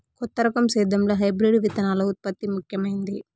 కొత్త రకం సేద్యంలో హైబ్రిడ్ విత్తనాల ఉత్పత్తి ముఖమైంది